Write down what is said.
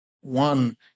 one